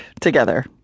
together